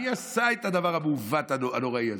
מי עשה את הדבר המעוות, הנוראי הזה?